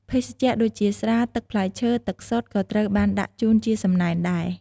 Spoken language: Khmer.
ភេសជ្ជៈ ដូចជា ស្រា ទឹកផ្លែឈើ ទឹកសុទ្ធ ក៏ត្រូវបានដាក់ជូនជាសំណែនដែរ។